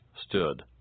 stood